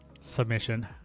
submission